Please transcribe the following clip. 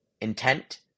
intent